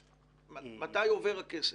מתי עובר הכסף?